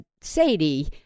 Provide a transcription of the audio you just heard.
Sadie